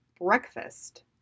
breakfast